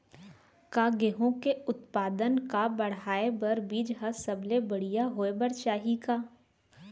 का गेहूँ के उत्पादन का बढ़ाये बर बीज ह सबले बढ़िया होय बर चाही का?